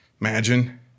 Imagine